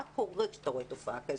מה קורה כשאתה רואה תופעה כזו.